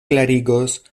klarigos